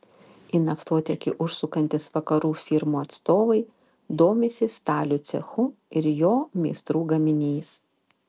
į naftotiekį užsukantys vakarų firmų atstovai domisi stalių cechu ir jo meistrų gaminiais